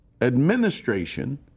administration